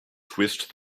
twist